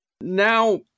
Now